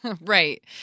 Right